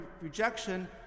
rejection